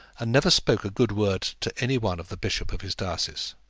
and never spoke good word to any one of the bishop of his diocese.